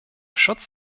schutz